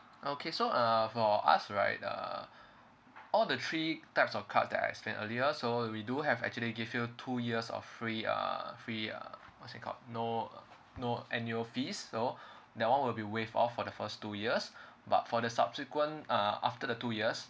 okay so uh for us right uh all the three types of cards that I explained earlier so we do have actually give you two years of free uh free uh what's it called no no annual fees so that one will be waive off for the first two years but for the subsequent uh after the two years